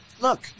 Look